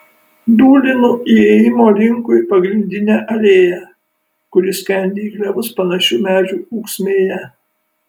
dūlinu įėjimo linkui pagrindine alėja kuri skendi į klevus panašių medžių ūksmėje